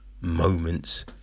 Moments